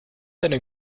einen